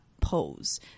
pose